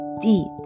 deep